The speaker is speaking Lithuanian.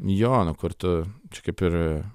jo nu kur tu čia kaip ir